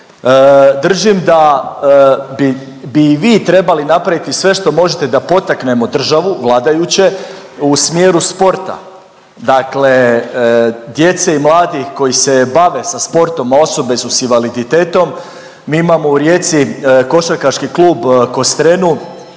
Držim da bi i vi trebali napraviti sve što možete da potaknemo državu, vladajuće u smjeru sporta, dakle djece i mladih koji se bave sa sportom, a osobe su sa invaliditetom. Mi imamo u Rijeci košarkaški klub Kostrenu